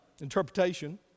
interpretation